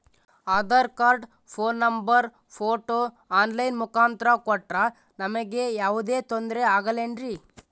Aadhaar card, phone number, photo online ಮುಖಾಂತ್ರ ಕೊಟ್ರ ನಮಗೆ ಯಾವುದೇ ತೊಂದ್ರೆ ಆಗಲೇನ್ರಿ?